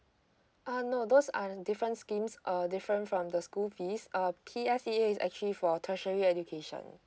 uh no those are in different schemes uh different from the school fees uh P S E A is actually for tertiary education